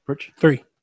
Three